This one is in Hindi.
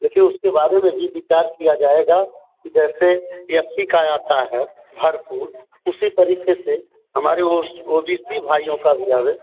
देखिए उसके बारे में भी विचार किया जाएगा कि जैसे ए एफ सी का आता है भरपूर उसी तरीके से हमारे ओ बी सी भाइयों का भी आवे